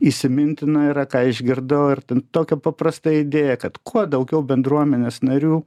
įsimintino yra ką išgirdau ir ten tokia paprasta idėja kad kuo daugiau bendruomenės narių